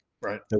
Right